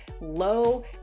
low